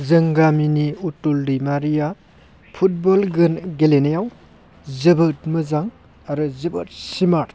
जों गामिनि उथुल दैमारिया फुटबल गेलेनायाव जोबोद मोजां आरो जोबोद सिमार्ट